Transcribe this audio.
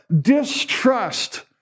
distrust